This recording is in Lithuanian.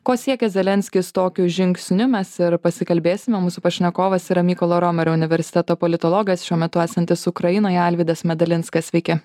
ko siekia zelenskis tokiu žingsniu mes ir pasikalbėsime mūsų pašnekovas yra mykolo romerio universiteto politologas šiuo metu esantis ukrainoje alvydas medalinskas sveiki